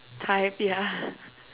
type yeah